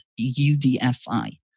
UDFI